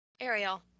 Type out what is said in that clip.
Ariel